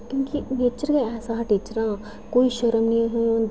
क्योंकि नेचर गै ऐसा हा टीचरें दा कोई शर्म नेईं ही होंदी